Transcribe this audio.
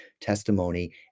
testimony